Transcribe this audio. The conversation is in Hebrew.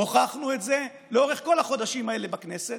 הוכחנו את זה לאורך כל החודשים האלה בכנסת,